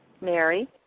Mary